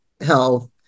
health